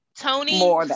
Tony